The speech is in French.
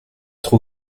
trop